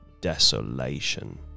desolation